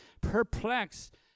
perplexed